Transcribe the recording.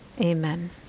Amen